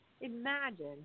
imagine